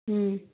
ହୁଁ